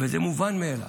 זה מובן מאליו.